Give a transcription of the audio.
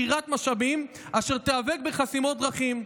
ועתירת משאבים אשר תיאבק בחסימות דרכים,